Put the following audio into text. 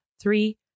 three